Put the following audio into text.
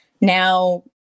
Now